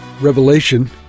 Revelation